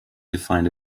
defined